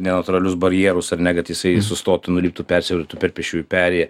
neutralius barjerus ar ne kad jisai sustotų nuliptų persivestų per pėsčiųjų perėją